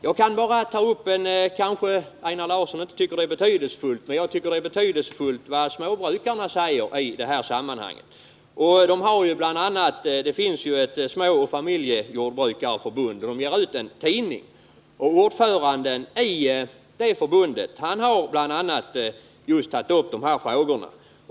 Jag kan bara ta upp vad småbrukarna säger i detta sammanhang — Einar Larsson kanske inte tycker det är betydelsefullt, men det tycker jag. Det finns ett förbund för små familjejordbrukare, vilket ger ut en tidning. Ordföranden i detta förbund har bl.a. tagit upp just dessa frågor.